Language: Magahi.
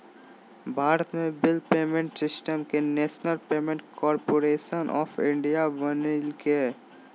भारत बिल पेमेंट सिस्टम के national payments corporation of India बनैल्कैय